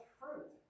fruit